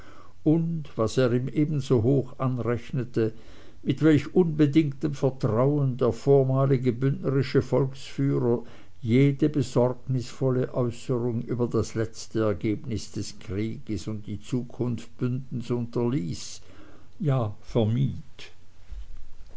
und was er ihm ebenso hoch anrechnete mit welch unbedingtem vertrauen der vormalige bündnerische volksführer jede besorgnisvolle äußerung über das letzte ergebnis des krieges und die zukunft bündens unterließ ja